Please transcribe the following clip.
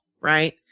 Right